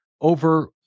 over